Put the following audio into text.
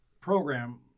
program